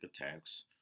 attacks